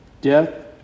Death